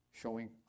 showing